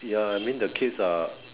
ya I mean the kids are